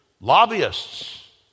lobbyists